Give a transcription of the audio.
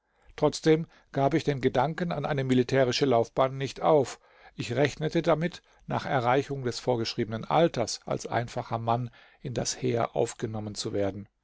trotzdem gab ich den gedanken an eine militärische laufbahn nicht auf ich rechnete damit nach erreichung des vorgeschriebenen alters als einfacher mann in das heer aufgenommen zu werden